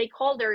stakeholders